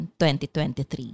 2023